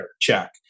check